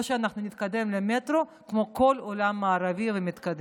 או שאנחנו נתקדם למטרו כמו כל העולם המערבי המתקדם.